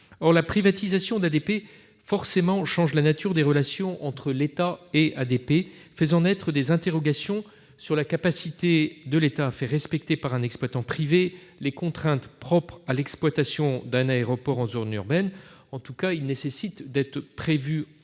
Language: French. la privatisation d'ADP change forcément la nature des relations entre l'État et ADP, faisant naître des interrogations sur la capacité de l'État à faire respecter par un exploitant privé les contraintes propres à l'exploitation d'un aéroport en zone urbaine. En tout cas, il est nécessaire qu'un cadre